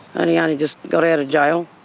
only ah only just got out of jail,